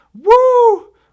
woo